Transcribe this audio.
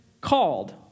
called